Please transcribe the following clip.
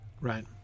right